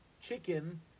chicken